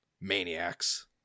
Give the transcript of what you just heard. maniacs